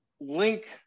link